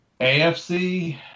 AFC